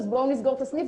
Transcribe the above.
אז בואו נסגור את הסניף,